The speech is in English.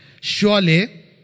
Surely